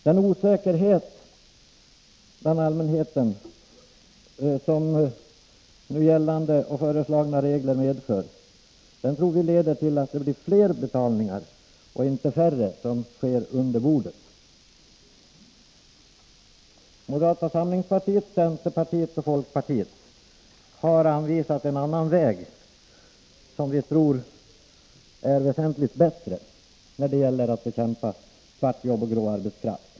Den osäkerhet bland allmänheten som nu gällande och föreslagna lagregler medför tror vi leder till att fler betalningar sker under bordet i stället för färre. Moderata samlingspartiet, centerpartiet och folkpartiet har anvisat en annan väg, som vi tror är väsentligt bättre när det gäller att bekämpa svartjobb och grå arbetskraft.